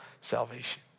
salvation